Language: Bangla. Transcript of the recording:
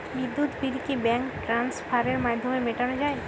বিদ্যুৎ বিল কি ব্যাঙ্ক ট্রান্সফারের মাধ্যমে মেটানো য়ায়?